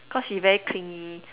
cause she very clingy